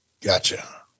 Gotcha